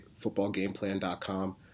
footballgameplan.com